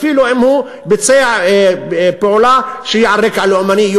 אפילו אם הוא יהודי שביצע פעולה שהיא על רקע לאומני.